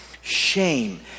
shame